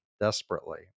desperately